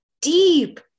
deep